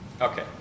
Okay